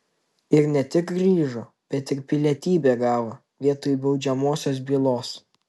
ir ne tik grįžo bet ir pilietybę gavo vietoj baudžiamosios bylos